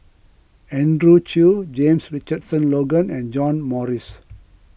Andrew Chew James Richardson Logan and John Morrice